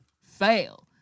fail